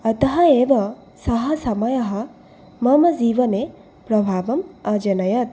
अतः एव सः समयः मम जीवने प्रभावम् अजनयत्